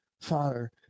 Father